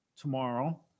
tomorrow